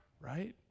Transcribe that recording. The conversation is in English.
right